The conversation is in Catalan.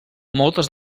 moltes